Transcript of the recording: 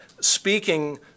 speaking